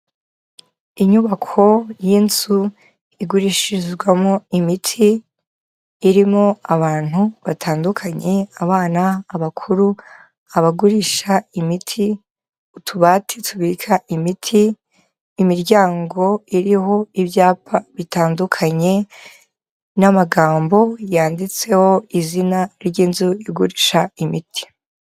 Inyubako y'inzu igurishirizwamo imiti, irimo abantu batandukanye, abana, abakuru, abagurisha imiti, utubati tubika imiti, imiryango iriho ibyapa bitandukanye n'amagambo yanditseho izina ry'inzu igurisha imiti.